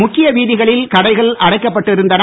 முக்கிய வீதிகளில் கடைகள் அடைக்கப்பட்டு இருந்தன